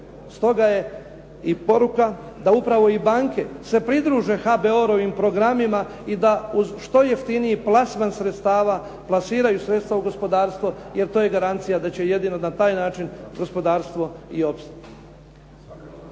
Stoga je i poruka da upravo i banke se pridruže HBOR-ovim programima i da uz što jeftiniji plasman sredstava plasiraju sredstva u gospodarstvo, jer to je garancija da će jedino na taj način gospodarstvo i ostati.